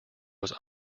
was